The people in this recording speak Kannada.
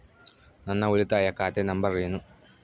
ನನ್ನ ಉಳಿತಾಯ ಖಾತೆ ನಂಬರ್ ಏನು?